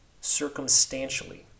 circumstantially